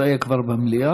זה היה כבר במליאה.